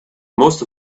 most